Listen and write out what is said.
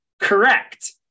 Correct